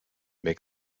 make